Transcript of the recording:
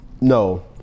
no